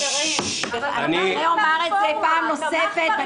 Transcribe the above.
אני אומר את זה פעם נוספת,